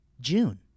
June